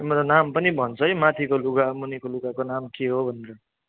नाम पनि भन्छ है माथिको लुगा मुनिको लुगाको नाम के हो भनेर